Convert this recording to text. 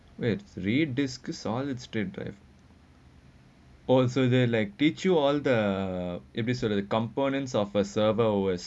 like read these solid script uh also then like teach you all the it is like the components of a server or worse ah